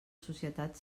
societat